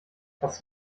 hast